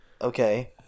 okay